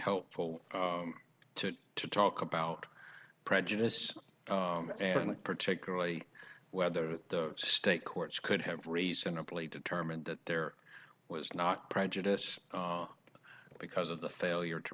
helpful to talk about prejudice and particularly whether the state courts could have reasonably determined that there was not prejudice because of the failure to